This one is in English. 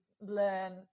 learn